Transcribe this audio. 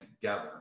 together